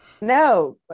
No